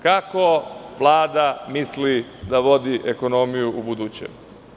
Kako Vlada misli da vodi ekonomiju u buduće.